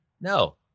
No